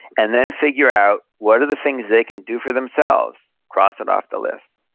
and then figure out, what are the things they can do for themselves? cross it off the list.